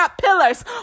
pillars